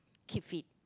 keep fit